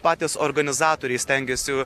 patys organizatoriai stengiasi